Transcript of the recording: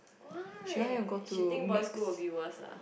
why she think boy school will be worse ah